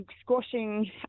squashing